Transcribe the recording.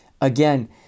Again